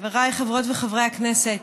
חבריי חברות וחברי הכנסת,